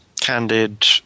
candid